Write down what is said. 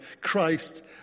Christ